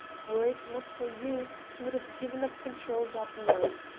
were it not for you, he would have given up control that night.